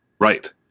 Right